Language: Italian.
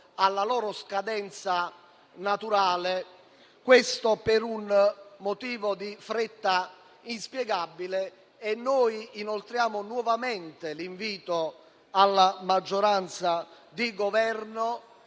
alla loro scadenza naturale per una fretta inspiegabile. Noi inoltriamo nuovamente l'invito alla maggioranza di Governo